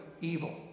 evil